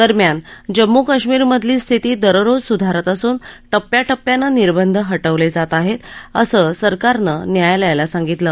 दरम्यान जम्मू कश्मीरमधली स्थिती दररोज सुधारत असून टप्प्याटप्प्यानं निर्बंध हटवले जात आहे असं सरकारनं न्यायालयाला सांगितलं